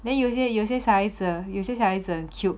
then 有些有些有些有些小孩子很 cute